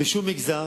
בשום מגזר